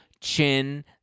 chin